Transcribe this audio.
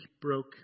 broke